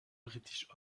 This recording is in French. british